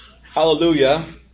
hallelujah